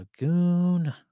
Lagoon